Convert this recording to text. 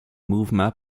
mouvement